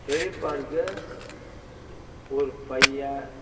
பெரியப்பாவுக்கு ஒரு பையன்